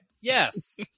Yes